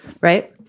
right